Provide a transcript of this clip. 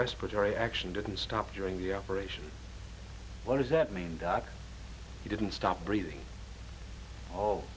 respiratory action didn't stop during the operation what does that mean doc you didn't stop breathing